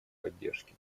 поддержке